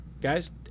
guys